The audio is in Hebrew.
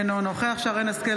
אינו נוכח שרן מרים השכל,